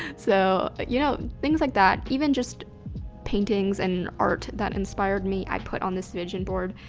so you know things like that, even just paintings and art that inspired me, i put on this vision board.